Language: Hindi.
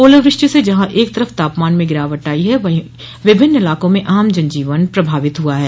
ओलावृष्टि से जहां एक तरफ तापमान में गिरावट आयी है वहीं विभिन्न इलाकों में आम जन जीवन प्रभावित हुआ है